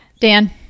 Dan